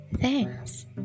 thanks